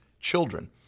children